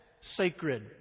sacred